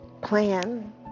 plan